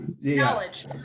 knowledge